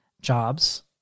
jobs